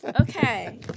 Okay